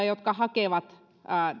jotka hakevat